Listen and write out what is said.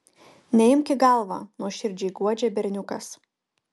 neimk į galvą nuoširdžiai guodžia berniukas